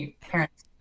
parents